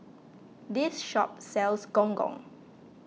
this shop sells Gong Gong